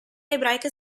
ebraiche